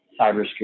cybersecurity